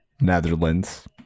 Netherlands